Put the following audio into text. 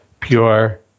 pure